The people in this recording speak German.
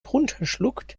runterschluckt